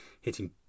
hitting